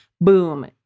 boom